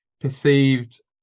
perceived